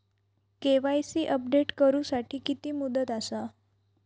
KYC update करू साठी किती मुदत आसा?